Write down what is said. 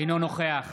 אינו נוכח